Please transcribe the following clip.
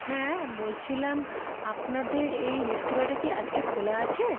হ্যাঁ বলছিলাম আপনাদের এই রেস্তোরাঁটা কি আজকে খোলা আছে